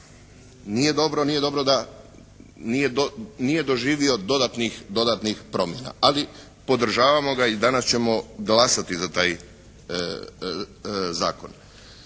nije dobro da nije doživio dodatnih promjena, ali podržavamo ga i danas ćemo glasati za taj Zakon.